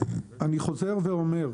אני חוזר ואומר,